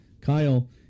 Kyle